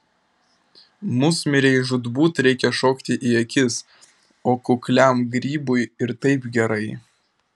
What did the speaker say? musmirei žūtbūt reikia šokti į akis o kukliam grybui ir taip gerai